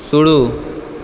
शुरू